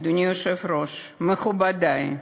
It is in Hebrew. אדוני היושב-ראש, מכובדי,